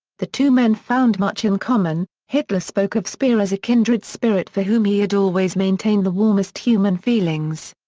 the two men found much in common hitler spoke of speer as a kindred spirit for whom he had always maintained the warmest human feelings.